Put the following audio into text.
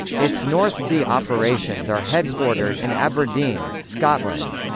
its north sea operations are headquartered in aberdeen, scotland.